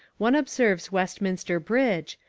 one observes westminster bridge,